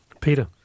Peter